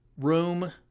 Room